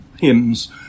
hymns